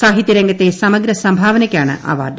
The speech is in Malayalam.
സാഹിത്യ രംഗത്തെ സമഗ്ര സംഭാവനയ്ക്കാണ് അവാർഡ്